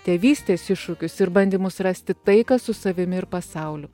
tėvystės iššūkius ir bandymus rasti taiką su savimi ir pasauliu